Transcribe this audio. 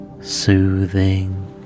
soothing